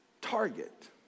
target